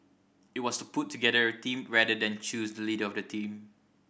it was to put together a team rather than choose the leader of the team